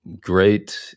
Great